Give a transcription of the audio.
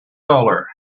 dollar